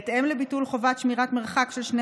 בהתאם לביטול חובת שמירת מרחק של שני